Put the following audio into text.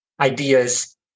Ideas